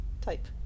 type